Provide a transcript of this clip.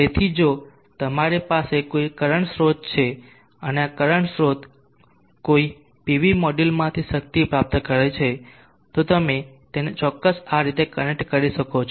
તેથી જો તમારી પાસે કોઈ કરંટ સ્રોત છે અને આ કરંટ સ્રોત કોઈ પીવી મોડ્યુલમાંથી શક્તિ પ્રાપ્ત કરે છે તો તમે તેને ચોક્કસ આ રીતે કનેક્ટ કરી શકો છો